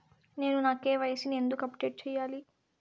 నేను నా కె.వై.సి ని ఎందుకు అప్డేట్ చెయ్యాలి?